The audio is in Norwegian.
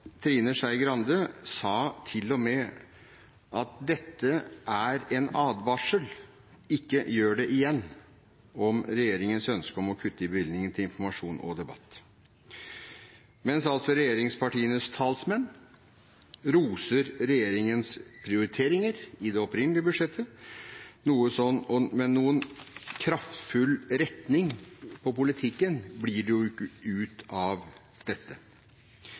Trine Skei Grande kom til og med med en advarsel når det gjaldt regjeringens ønske om å kutte i bevilgningen til informasjon og debatt – «Ikke gjør det en gang til.» – mens regjeringspartienes talsmenn roser regjeringens prioriteringer i det opprinnelige budsjettet. Noen kraftfull retning på politikken blir det jo ikke ut av dette.